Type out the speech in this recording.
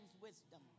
wisdom